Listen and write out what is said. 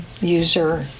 user